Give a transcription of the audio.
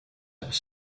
hebben